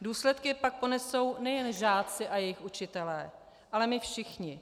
Důsledky pak ponesou nejen žáci a jejich učitelé, ale my všichni.